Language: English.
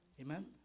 Amen